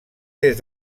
des